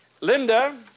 Linda